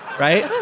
right?